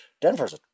Denver's